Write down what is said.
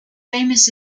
famous